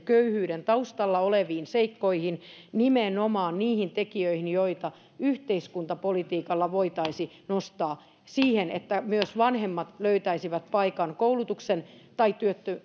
köyhyyden taustalla oleviin seikkoihin nimenomaan niihin tekijöihin joita yhteiskuntapolitiikalla voitaisiin nostaa siihen että myös vanhemmat löytäisivät paikan koulutuksen tai